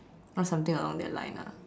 or something along that line lah